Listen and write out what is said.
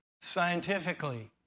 scientifically